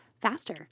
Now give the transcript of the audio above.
faster